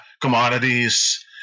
commodities